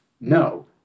No